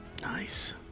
Nice